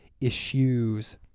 issues